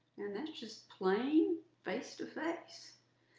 and that's just plain face to face.